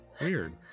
Weird